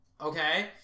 Okay